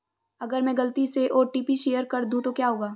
अगर मैं गलती से ओ.टी.पी शेयर कर दूं तो क्या होगा?